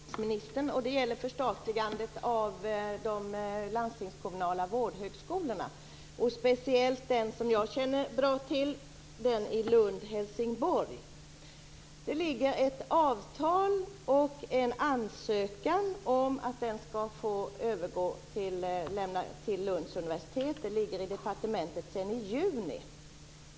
Herr talman! Jag har en fråga till utbildningsministern. Det gäller förstatligandet av de landstingskommunala vårdhögskolorna, och speciellt den som jag känner väl till, nämligen den i Lund/Helsingborg. Det ligger ett avtal och en ansökan om att den skall få övergå till Lunds universitet. Det ligger hos departementet sedan juni.